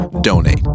donate